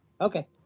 Okay